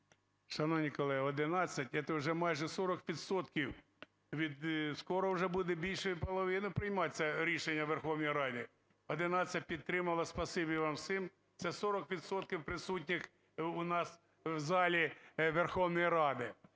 Шановні колеги, 11 – це вже майже 40 відсотків, скоро вже буде більшою половиною прийматися рішення у Верховній Раді. 11 підтримало, спасибі вам всім, це 40 відсотків присутніх у нас в залі Верховної Ради.